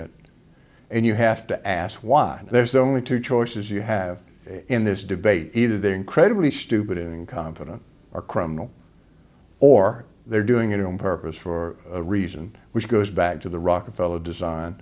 it and you have to ask why there's only two choices you have in this debate either they're incredibly stupid incompetent or criminal or they're doing it on purpose for a reason which goes back to the rockefeller design